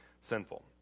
sinful